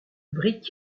brick